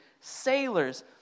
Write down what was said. sailors